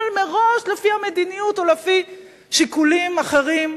מראש לפי המדיניות או לפי שיקולים אחרים,